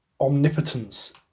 omnipotence